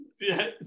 yes